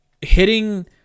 hitting